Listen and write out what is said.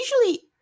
usually